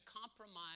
compromise